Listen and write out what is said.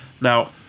Now